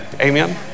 amen